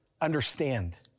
understand